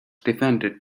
defended